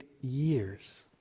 years